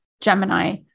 Gemini